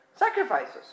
Sacrifices